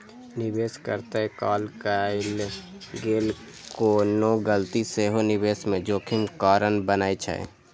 निवेश करैत काल कैल गेल कोनो गलती सेहो निवेश मे जोखिम कारण बनै छै